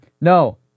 no